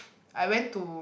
I went to